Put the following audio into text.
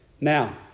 Now